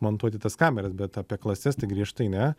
montuoti tas kameras bet apie klases tai griežtai ne